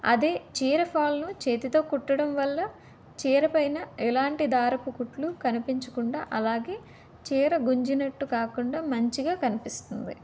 అదే చీర ఫల్ను చేతితో కుట్టడం వల్ల చీర పైన ఎలాంటి దారపు కుట్లు కనిపించకుండా అలాగే చీర గుంజినట్టు కాకుండా మంచిగా కనిపిస్తుంది